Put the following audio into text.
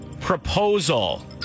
proposal